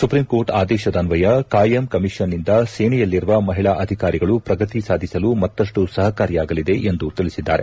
supreme court ಆದೇಶದನ್ವಯ ಕಾಯಂ ಕಮೀಷನ್ನಿಂದ ಸೇನೆಯಲ್ಲಿರುವ ಮಹಿಳಾ ಅಧಿಕಾರಿಗಳು ಪ್ರಗತಿ ಸಾಧಿಸಲು ಮತ್ತಷ್ಟು ಸಪಕಾರಿಯಾಗಲಿದೆ ಎಂದು ತಿಳಿಸಿದ್ದಾರೆ